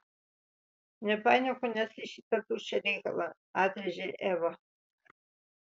nepainiok manęs į šitą tuščią reikalą atrėžė eva